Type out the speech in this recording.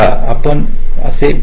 आपण मी असे बोलेल